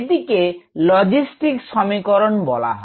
এটিকে লজিস্টিক সমীকরণ বলা হয়